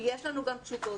יש לנו תשובות.